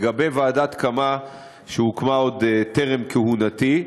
שהוקמה עוד טרם כהונתי,